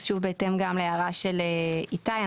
בהתאם להערה של איתי,